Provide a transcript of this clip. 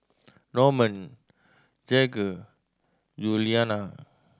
Norman Jagger Yuliana